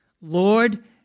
Lord